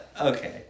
okay